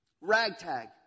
Ragtag